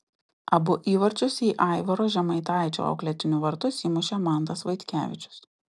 abu įvarčius į aivaro žemaitaičio auklėtinių vartus įmušė mantas vaitkevičius